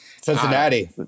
Cincinnati